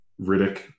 Riddick